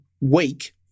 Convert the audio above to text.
week